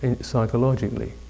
psychologically